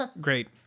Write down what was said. great